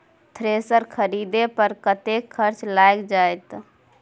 Thresher खरीदे पर कतेक खर्च लाईग जाईत?